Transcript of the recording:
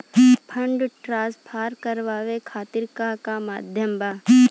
Fund transfer करवाये खातीर का का माध्यम बा?